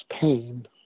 pain